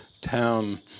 town